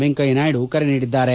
ವೆಂಕಯ್ಯನಾಯ್ಡು ಕರೆ ನೀಡಿದ್ದಾರೆ